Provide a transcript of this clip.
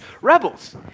rebels